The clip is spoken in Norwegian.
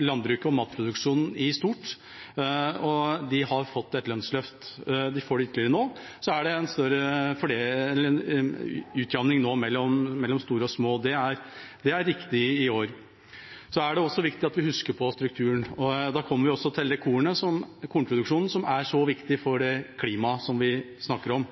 landbruket og matproduksjonen i stort. De har fått et lønnsløft, og de får det ytterligere nå. Det er i år også en større utjevning mellom store og små bruk, det er riktig. Det er også viktig at vi husker på strukturen. Da kommer vi inn på kornproduksjonen, som er så viktig for det klimaet vi snakker om.